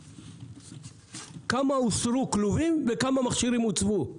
כמה כלובים הוסרו וכמה מכונות הוצבו.